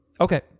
Okay